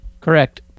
Correct